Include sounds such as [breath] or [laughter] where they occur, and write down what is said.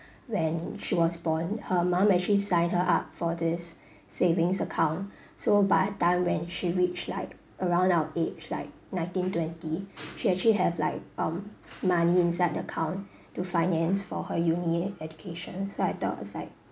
when she was born her mum actually sign her up for this [breath] savings account [breath] so by the time when she reach like around our age like nineteen twenty she actually have like um money inside the account to finance for her uni education so I thought it's like